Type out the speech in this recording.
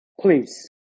Please